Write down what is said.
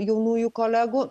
jaunųjų kolegų